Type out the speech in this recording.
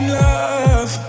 love